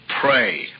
pray